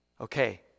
Okay